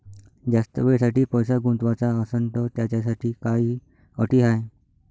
जास्त वेळेसाठी पैसा गुंतवाचा असनं त त्याच्यासाठी काही अटी हाय?